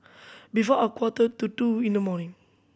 before a quarter to two in the morning